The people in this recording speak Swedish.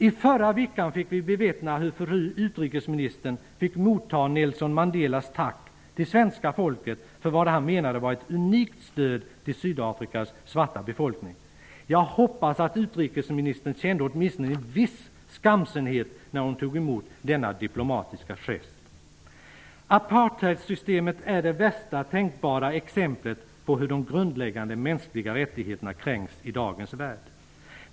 I förra veckan fick vi bevittna hur fru utrikesministern fick motta Nelson Mandelas tack till det svenska folket för vad han menade var ett unikt stöd till Sydafrikas svarta befolkning. Jag hoppas att utrikesministern kände åtminstone en viss skamsenhet när hon tog emot denna diplomatiska gest. Apartheidsystemet är det värsta tänkbara exemplet på hur de grundläggande mänskliga rättigheterna kränks i dagens värld.